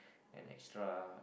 and extra